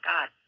God